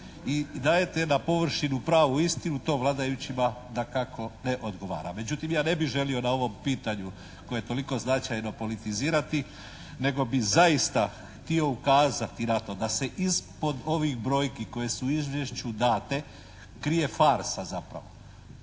i dajete na površinu pravu istinu, to vladajućima dakako ne odgovara. Međutim ja ne bih želio na ovom pitanju koje je toliko značajno, politizirati, nego bih zaista htio ukazati na to da se ispod ovih brojki koje su u izvješću date, krije farsa zapravo.